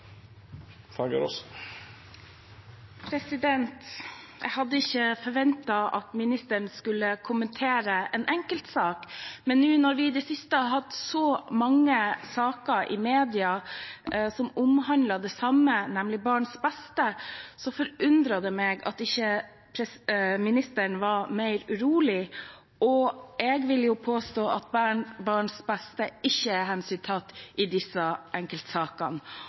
det. Jeg hadde ikke forventet at ministeren skulle kommentere en enkeltsak, men når vi nå i det siste har hatt så mange saker i media som omhandler det samme, nemlig barns beste, forundrer det meg at ikke ministeren er mer urolig. Jeg vil påstå at barns beste ikke er hensyntatt i disse enkeltsakene,